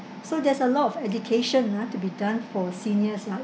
so there's a lot of education ah to be done for seniors ah